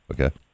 Okay